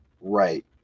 Right